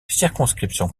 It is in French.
circonscription